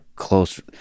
close